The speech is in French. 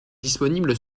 disponible